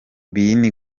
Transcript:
byose